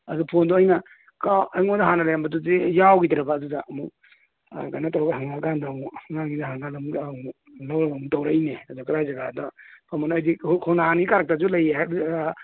ꯑꯗꯣ ꯐꯣꯟꯗꯣ ꯑꯩꯅ ꯀꯥꯎ ꯑꯩꯉꯣꯟꯗ ꯍꯥꯟꯅ ꯂꯩꯔꯝꯕꯗꯨꯗꯤ ꯌꯥꯎꯒꯤꯗ꯭ꯔꯕ ꯑꯗꯨꯗ ꯑꯃꯨꯛ ꯀꯩꯅꯣ ꯇꯧꯔꯒ ꯍꯪꯉꯛꯑꯀꯥꯟꯗ ꯑꯃꯨꯛ ꯑꯉꯥꯡꯁꯤꯡꯗ ꯍꯪꯉꯀꯥꯟꯗ ꯑꯃꯨꯛ ꯂꯧꯔꯒ ꯑꯃꯨꯛ ꯇꯧꯔꯛꯏꯅꯦ ꯑꯗꯣ ꯀꯔꯥꯏꯖꯒꯥꯗ ꯐꯝꯕꯅꯣ ꯑꯩꯗꯤ ꯈꯣꯡꯅꯥꯡ ꯑꯅꯤ ꯀꯥꯔꯛꯇꯁꯨ ꯂꯩ ꯍꯥꯏꯕꯗꯨꯗ